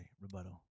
Rebuttal